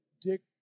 dick